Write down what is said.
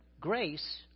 grace